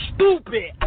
Stupid